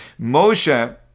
Moshe